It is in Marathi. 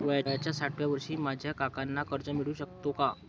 वयाच्या साठाव्या वर्षी माझ्या काकांना कर्ज मिळू शकतो का?